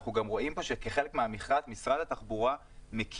אנחנו גם רואים פה שכחלק מהמכרז משרד התחבורה מקים